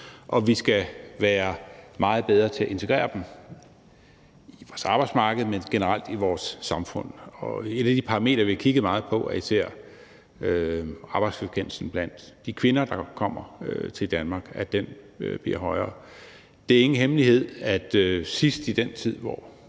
og vi skal være meget bedre til at integrere dem i vores arbejdsmarked, men også generelt i vores samfund. Og et af de parametre, vi har kigget meget på, er især, at arbejdsfrekvensen blandt de kvinder, der kommer til Danmark, bliver højere. Det er ingen hemmelighed, at sidst i den tid, hvor